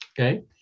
okay